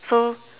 so